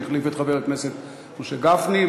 שהחליף את חבר הכנסת משה גפני,